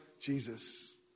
Jesus